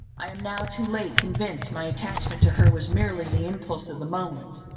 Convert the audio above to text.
i am now too late convinced my attachment to her was merely the impulse of the moment.